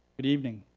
good evening.